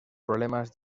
problemas